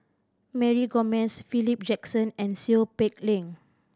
Mary Gomes Philip Jackson and Seow Peck Leng